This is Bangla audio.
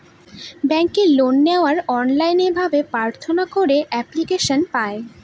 ব্যাঙ্কে লোন নেওয়ার অনলাইন ভাবে প্রার্থনা করে এপ্লিকেশন পায়